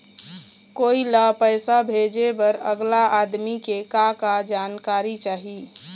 कोई ला पैसा भेजे बर अगला आदमी के का का जानकारी चाही?